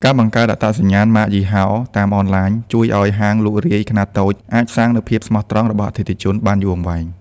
ការបង្កើត អត្តសញ្ញាណម៉ាកយីហោតាមអនឡាញ ជួយឱ្យហាងលក់រាយខ្នាតតូចអាចសាងនូវភាពស្មោះត្រង់របស់អតិថិជនបានយូរអង្វែង។